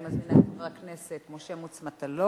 אני מזמינה את חבר הכנסת משה מוץ מטלון,